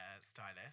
stylist